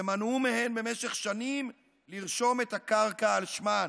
ומנעו מהן במשך שנים לרשום את הקרקע על שמן.